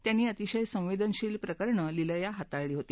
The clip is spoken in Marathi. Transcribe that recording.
त्यांनी अतिशय संवेदनशील प्रकरणं लिलया हाताळली होती